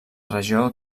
regió